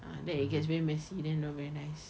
ah then it gets very messy then not very nice